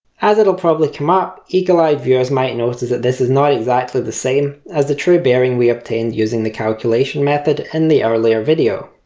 as it'll probably come up, eagle eyed viewers might notice that this is not exactly the same as the true bearing we obtained using the calculation method in and the earlier video.